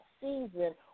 season